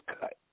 cut